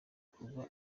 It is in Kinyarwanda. kuba